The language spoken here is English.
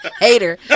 Hater